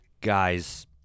Guys